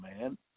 man